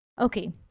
Okay